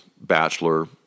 bachelor